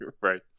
Right